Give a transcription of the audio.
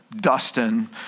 Dustin